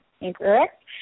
Incorrect